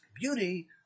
beauty